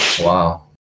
Wow